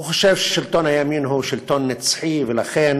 הוא חושב ששלטון הימין הוא שלטון נצחי, ולכן